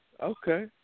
Okay